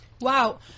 Wow